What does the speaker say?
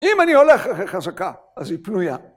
אם אני הולך אחרי חזקה, אז היא פנויה.